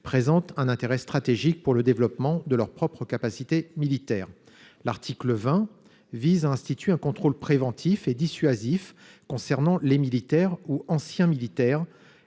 présente un intérêt stratégique pour le développement de leurs propres capacités militaires. L'article 20 vise à instituer un contrôle préventif et dissuasif concernant les militaires ou anciens militaires